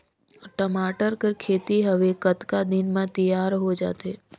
टमाटर कर खेती हवे कतका दिन म तियार हो जाथे?